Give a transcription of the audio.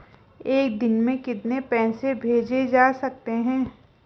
एक दिन में कितने पैसे भेजे जा सकते हैं?